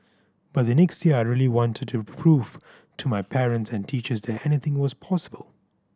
but the next year I really wanted to prove to my parents and teachers that anything was possible